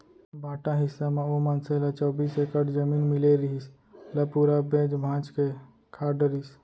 बांटा हिस्सा म ओ मनसे ल चौबीस एकड़ जमीन मिले रिहिस, ल पूरा बेंच भांज के खा डरिस